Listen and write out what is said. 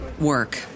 work